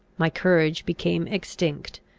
my courage became extinct,